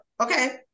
Okay